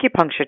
acupuncture